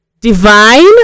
Divine